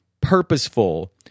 purposeful